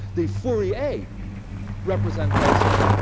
the fourier representation,